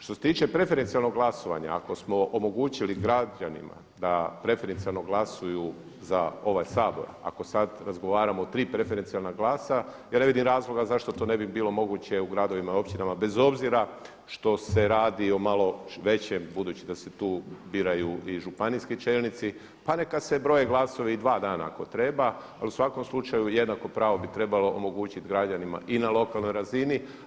Što se tiče preferencijalnog glasovanja, ako smo omogućili građanima da preferencijalno glasuju za ovaj Sabor, ako sad razgovaramo o 3 preferencijalna glasa ja ne vidim razloga zašto to ne bi bilo moguće u gradovima i općinama bez obzira što se radi o malo većem, budući da se tu biraju i županijski čelnici pa neka se broje glasovi i dva dana ako treba, ali u svakom slučaju jednako pravo bi trebalo omogućiti građanima i na lokalnoj razini.